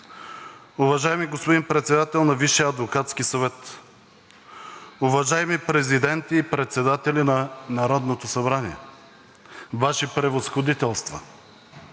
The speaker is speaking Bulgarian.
уважаеми господин председател на Висшия адвокатски съвет, уважаеми президенти и председатели на Народното събрание, Ваши Превъзходителства,